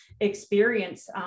experience